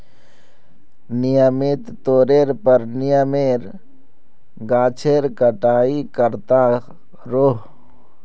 नियमित तौरेर पर नीमेर गाछेर छटाई कर त रोह